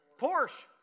Porsche